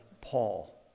Paul